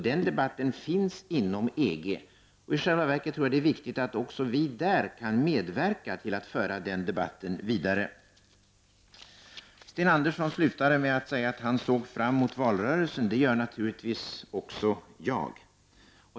Den debatten finns alltså inom EG. I själva verket tror jag att det är viktigt att också vi där kan medverka till att föra debatten vidare. Sten Andersson avslutade sin replik med att säga att han såg fram emot valrörelsen. Det gör naturligtvis också jag.